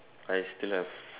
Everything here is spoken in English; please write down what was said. I still have